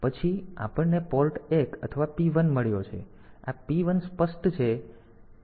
પછી આપણને પોર્ટ 1 અથવા P 1 મળ્યો છે તેથી આ P 1 સ્પષ્ટ છે